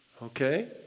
Okay